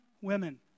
women